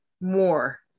more